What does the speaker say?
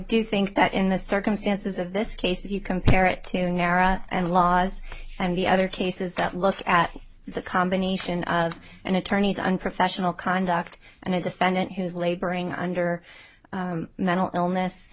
do think that in the circumstances of this case if you compare it to naira and laws and the other cases that look at the combination of an attorney's unprofessional conduct and a defendant who's laboring under mental illness